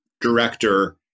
director